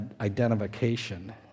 identification